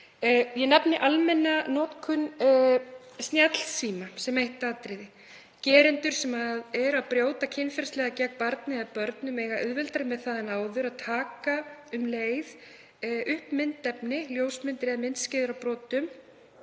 Ég nefni almenna notkun snjallsíma sem eitt atriði. Gerendur sem brjóta kynferðislega gegn barni eða börnum eiga auðveldara með það en áður að taka um leið ljósmyndir eða myndskeið af brotum.